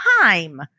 time